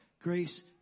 Grace